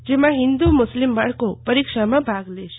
જેમાં હિન્દ્ર મુસ્લીમ બાળકો પરીક્ષામાં ભાગ લેશે